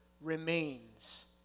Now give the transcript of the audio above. remains